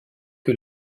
que